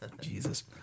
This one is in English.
Jesus